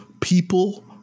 people